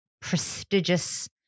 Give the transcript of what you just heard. prestigious